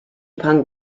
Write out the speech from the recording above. punk